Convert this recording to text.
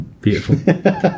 Beautiful